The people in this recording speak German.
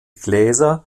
gläser